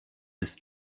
ist